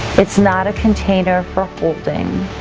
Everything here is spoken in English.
it's not a container for holding.